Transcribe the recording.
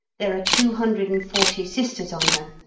there are two hundred and forty sisters on her,